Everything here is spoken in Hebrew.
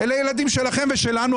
אלה הילדים שלנו ושלכם,